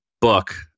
book